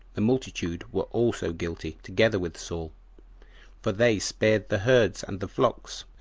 the multitude were also guilty, together with saul for they spared the herds and the flocks,